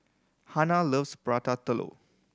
Hanna loves Prata Telur